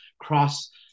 cross